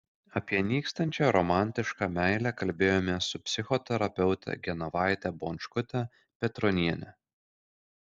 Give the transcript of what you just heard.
apie nykstančią romantišką meilę kalbėjomės su psichoterapeute genovaite bončkute petroniene